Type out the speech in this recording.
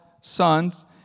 sons